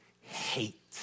hate